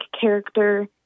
character